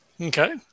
Okay